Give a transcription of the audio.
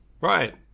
right